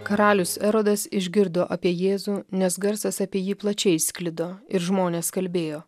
karalius erodas išgirdo apie jėzų nes garsas apie jį plačiai sklido ir žmonės kalbėjo